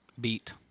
beat